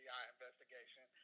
investigation